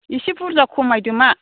इसे बुर्जा खमायदो मा